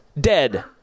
dead